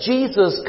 Jesus